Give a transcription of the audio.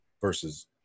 versus